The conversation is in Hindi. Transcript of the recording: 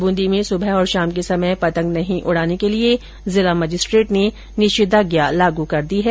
बूंदी में सुबह और शाम के समय पतंग नही उड़ाने के लिए जिला मजिस्ट्रेट ने निषेधाज्ञा लागू कर दी है